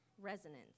Resonance